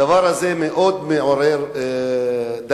הדבר הזה מאוד מעורר דאגה,